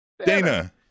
Dana